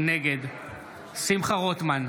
נגד שמחה רוטמן,